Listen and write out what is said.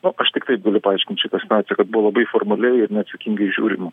nu aš tik taip galiu paaiškint šitą situaciją kad buvo labai formaliai ir neatsakingai žiūrima